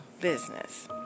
business